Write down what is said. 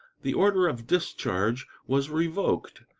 the order of discharge was revoked.